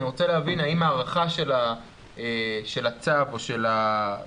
אני רוצה להבין האם הארכה של הצו או של החוק,